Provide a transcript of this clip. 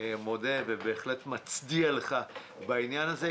מודה ובהחלט מצדיע לך בעניין הזה.